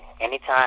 anytime